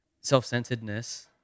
self-centeredness